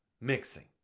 mixing